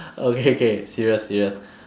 okay K serious serious